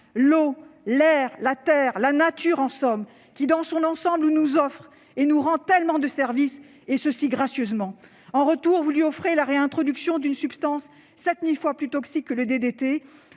l'eau, l'air, la terre, la nature en somme qui, dans son ensemble, nous offre et nous rend tellement de services, gracieusement. En retour, vous lui offrez la réintroduction d'une substance 7 000 fois plus toxique que le DDT